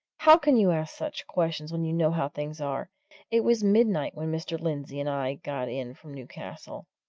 how can you ask such questions when you know how things are it was midnight when mr. lindsey and i got in from newcastle,